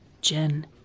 Jen